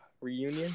reunion